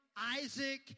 Isaac